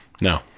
No